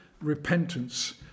repentance